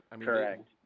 Correct